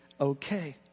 okay